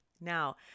Now